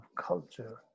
culture